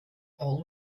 all